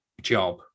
job